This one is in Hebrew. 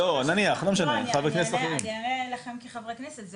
נניח, לא משנה, חברי כנסת אחרים.